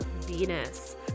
Venus